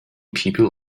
people